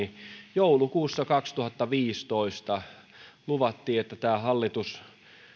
joulukuussa kaksituhattaviisitoista lupasivat että tämä hallitus